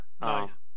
Nice